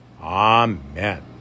Amen